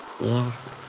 Yes